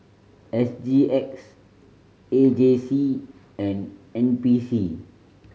S G X A J C and N P C